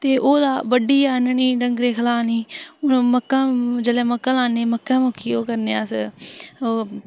ते ओह् बड्ढियै आह्ननी ते डंगरें गी खलानी हून मक्कां जेल्लै मक्कां लान्ने मक्कें मौकी ओह् करने अस ओह्